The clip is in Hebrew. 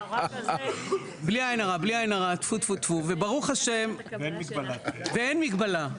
בלי עין הרע, טפו-טפו-טפו, ואין מגבלה.